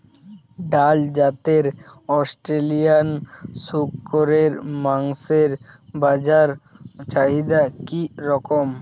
ভাল জাতের অস্ট্রেলিয়ান শূকরের মাংসের বাজার চাহিদা কি রকম?